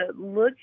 look